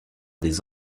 des